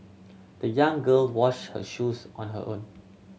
the young girl wash her shoes on her own